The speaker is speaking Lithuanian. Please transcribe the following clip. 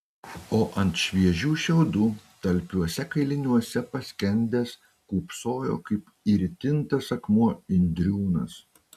o ant šviežių šiaudų talpiuose kailiniuose paskendęs kūpsojo kaip įritintas akmuo indriūnas